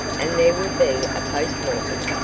and there will be a post-mortem?